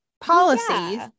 policies